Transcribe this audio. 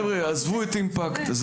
חבר'ה עזבו את Impact,